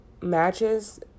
matches